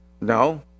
No